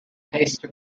taste